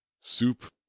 Soup